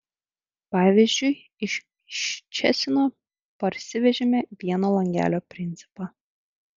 pavyzdžiui iš ščecino parsivežėme vieno langelio principą